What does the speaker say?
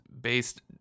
based